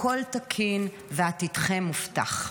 הכול תקין ועתידכם מובטח.